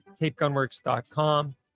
tapegunworks.com